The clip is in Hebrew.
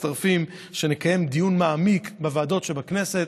מצטרף לזה שנקיים דיון מעמיק בוועדות בכנסת,